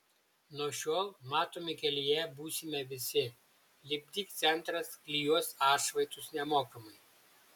nuo šiol matomi kelyje būsime visi lipdyk centras klijuos atšvaitus nemokamai